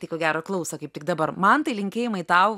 tai ko gero klauso kaip tik dabar mantai linkėjimai tau